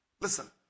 listen